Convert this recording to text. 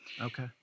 Okay